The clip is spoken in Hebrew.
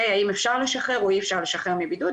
האם אפשר לשחרר או אי אפשר לשחרר מבידוד,